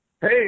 Hey